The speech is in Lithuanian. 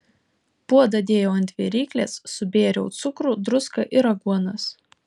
puodą dėjau ant viryklės subėriau cukrų druską ir aguonas